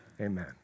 Amen